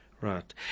Right